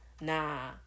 nah